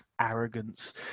arrogance